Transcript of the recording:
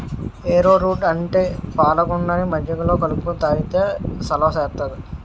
ఏరో route అంటే పాలగుండని మజ్జిగలో కలుపుకొని తాగితే సలవ సేత్తాది